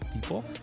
people